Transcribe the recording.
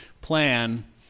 plan